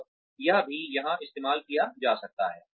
और यह भी यहाँ इस्तेमाल किया जा सकता है